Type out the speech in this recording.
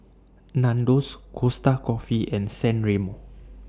Nandos Costa Coffee and San Remo